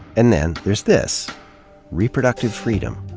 and then there's this reproductive freedom.